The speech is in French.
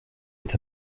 est